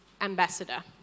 ambassador